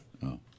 No